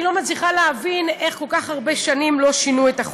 אני לא מצליחה להבין איך כל כך הרבה שנים לא שינו את החוק.